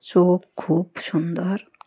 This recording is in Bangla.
চোখ খুব সুন্দর